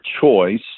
choice